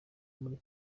muri